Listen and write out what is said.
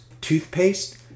toothpaste